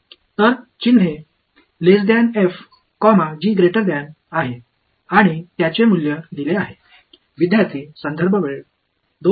तर चिन्हे आहे आणि त्याचे मूल्य दिले आहे